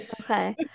Okay